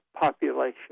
population